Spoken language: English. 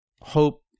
hope